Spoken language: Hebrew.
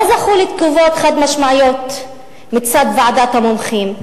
לא זכו לתגובות חד-משמעיות מצד ועדת המומחים.